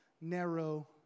narrow